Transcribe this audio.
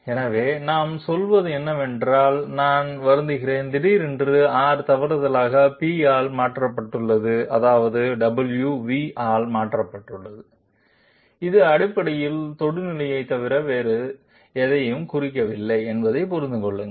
எனவே நாம் சொல்வது என்னவென்றால் நான் வருந்துகிறேன் திடீரென்று R தவறுதலாக P ஆல் மாற்றப்பட்டுள்ளது அதாவது w v ஆல் மாற்றப்பட்டுள்ளது இது அடிப்படையில் தொடுநிலையைத் தவிர வேறு எதையும் குறிக்கவில்லை என்பதை புரிந்து கொள்ளுங்கள்